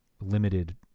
limited